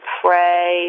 pray